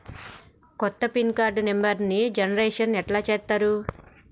కొత్త pin card నెంబర్ని generation ఎట్లా చేత్తరు?